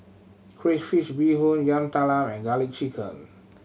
crayfish beehoon Yam Talam and Garlic Chicken